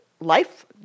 life